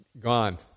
gone